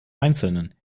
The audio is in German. einzelnen